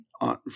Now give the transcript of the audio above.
on